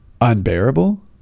unbearable